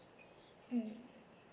mm